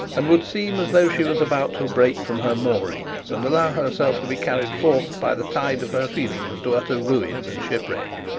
and would seem as though she was about to break from her moorings and allow herself to be carried forth by the tide of her feelings to utter ruin and shipwreck.